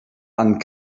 and